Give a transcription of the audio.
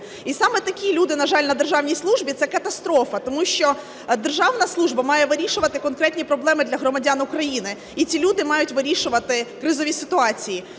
І саме такі люди, на жаль, на державній службі – це катастрофа, тому що державна служба має вирішувати конкретні проблеми для громадян України, і ці люди мають вирішувати кризові ситуації,